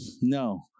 No